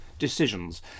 Decisions